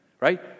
right